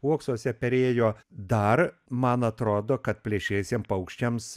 uoksuose perėjo dar man atrodo kad plėšriesiem paukščiams